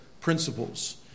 principles